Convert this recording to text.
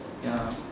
ya